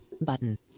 button